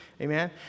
Amen